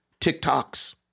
TikToks